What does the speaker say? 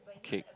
cake